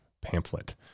pamphlet